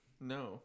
No